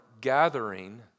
gathering